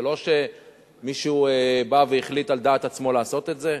זה לא שמישהו בא והחליט על דעת עצמו לעשות את זה.